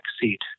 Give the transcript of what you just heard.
seat